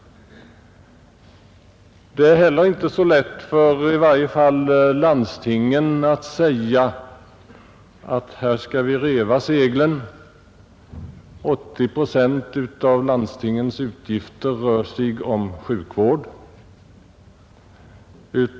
Det är heller inte så lätt för i varje fall landstingen att säga att här skall vi reva seglen. 80 procent av landstingens utgifter rör sig om sjukvård.